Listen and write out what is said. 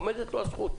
עומדת לו הזכות.